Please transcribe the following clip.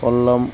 Kollam